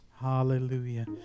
Hallelujah